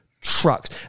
trucks